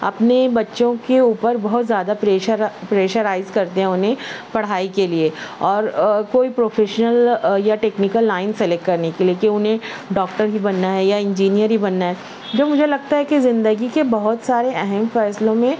اپنے بچوں کے اوپر بہت زیادہ پریشر پریشرائز کرتے ہیں انہیں پڑھائی کے لیے اور کوئی پروفیشنل یا ٹیکنکل لائن سلیکٹ کرنے کے لیے کہ انہیں ڈاکٹر ہی بننا ہے یا انجینئر ہی بننا ہے جو مجھے لگتا ہے کہ زندگی کے بہت سارے اہم فیصلوں میں